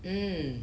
mm